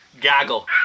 gaggle